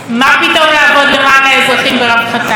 מה פתאום לעבוד למען האזרחים ורווחתם?